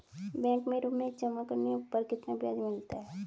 Bank में रुपये जमा करने पर कितना ब्याज मिलता है?